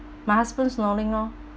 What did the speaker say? my husband snoring lor